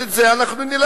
אז את זה אנחנו נלמד.